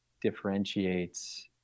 differentiates –